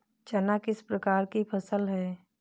चना किस प्रकार की फसल है?